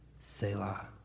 Selah